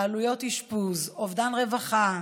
עלויות אשפוז ואובדן רווחה,